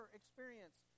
experience